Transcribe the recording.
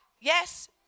Yes